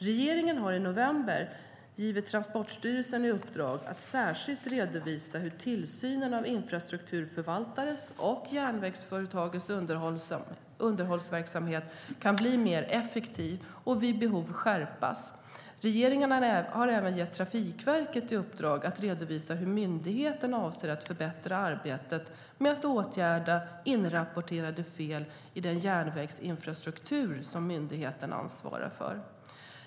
Regeringen har i november gett Transportstyrelsen i uppdrag att särskilt redovisa hur tillsynen av infrastrukturförvaltares och järnvägsföretags underhållsverksamhet kan bli mer effektiv och vid behov skärpas. Regeringen har även gett Trafikverket i uppdrag att redovisa hur myndigheten avser att förbättra arbetet med att åtgärda inrapporterade fel i den järnvägsinfrastruktur som myndigheten ansvarar för.